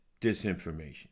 disinformation